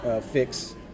fix